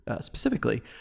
specifically